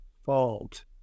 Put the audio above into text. fault